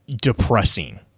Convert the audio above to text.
depressing